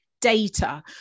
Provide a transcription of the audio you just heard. data